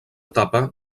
etapa